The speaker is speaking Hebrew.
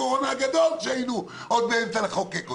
חוק הקורונה הגדול שהיינו עוד באמצע לחוקק אותו.